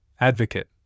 Advocate